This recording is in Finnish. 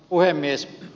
puhemies